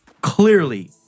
Clearly